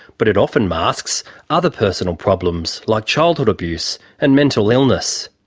but it often masks other personal problems, like childhood abuse and mental illness.